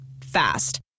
Fast